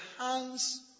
hands